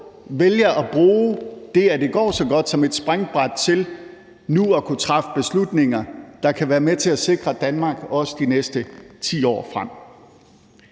vælger at bruge det, at det går så godt, som et springbræt til nu at kunne træffe beslutninger, der kan være med til at sikre Danmark også de næste 10 år frem.